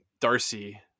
Darcy